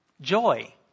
Joy